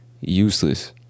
useless